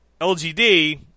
LGD